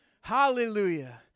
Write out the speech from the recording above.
Hallelujah